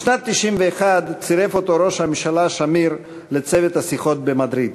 בשנת 1991 צירף אותו ראש הממשלה שמיר לצוות השיחות במדריד.